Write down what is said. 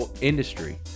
industry